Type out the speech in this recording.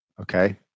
Okay